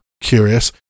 curious